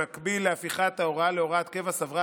במקביל להפיכת ההוראה להוראת קבע סברה